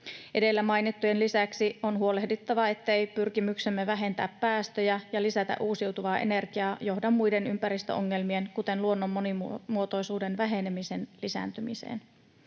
Edellä mainittujen lisäksi on huolehdittava, ettei pyrkimyksemme vähentää päästöjä ja lisätä uusiutuvaa energiaa johda muiden ympäristöongelmien, kuten luonnon monimuotoisuuden vähenemisen, lisääntymiseen.